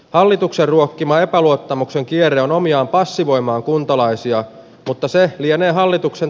hallituksen ruokkima epäluottamuksen kierre on omiaan passivoimaan kuntalaisia mutta se lienee hallituksen